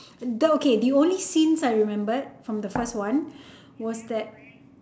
the okay the only scenes I remembered from the first one was that